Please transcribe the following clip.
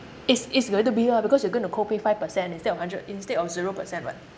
it's it's going to be lah because you going to co-pay five percent instead of hundred instead of zero percent [what]